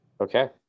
Okay